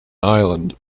island